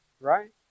right